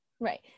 Right